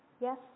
yes